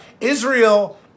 Israel